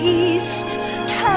east